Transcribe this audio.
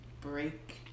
break